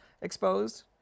exposed